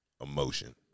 emotion